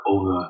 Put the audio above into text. over